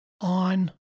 on